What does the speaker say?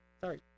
Sorry